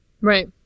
Right